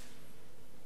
העיוותים בחינוך,